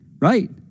right